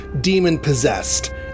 demon-possessed